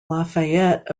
lafayette